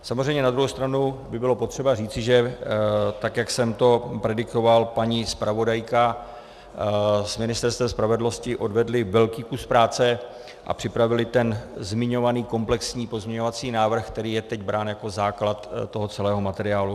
Samozřejmě na druhou stranu by bylo potřeba říci, že tak jak jsem to predikoval, paní zpravodajka s Ministerstvem spravedlnosti odvedly velký kus práce a připravily ten zmiňovaný komplexní pozměňovací návrh, který je teď brán jako základ toho celého materiálu.